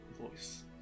Voice